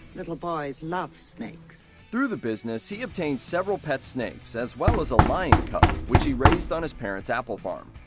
little boys love snakes. through the business he obtained several pet snakes as well as a lion cub, which he raised on his parents' apple farm.